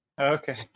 okay